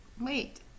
Wait